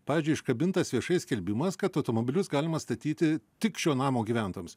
pavyzdžiui iškabintas viešai skelbimas kad automobilius galima statyti tik šio namo gyventojams